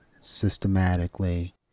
systematically